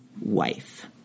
wife